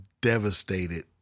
devastated